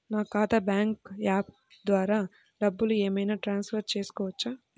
నా ఖాతా bank app ద్వారా డబ్బులు ఏమైనా ట్రాన్స్ఫర్ పెట్టుకోవచ్చా?